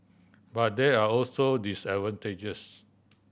but there are also disadvantages